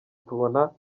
tubona